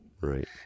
Right